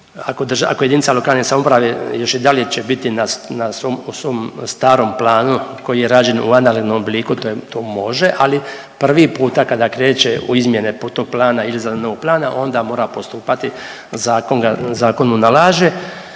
Ako jedinica lokalne samouprave još i dalje će biti na svom u svom staru planu koji je rađen u analognom obliku to može, ali prvi puta kada kreće u izmjene putoplana i izradu novog plana onda mora postupati zakon mu nalaže